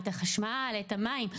את החשמל, את המים.